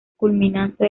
culminante